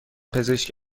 پزشک